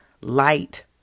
light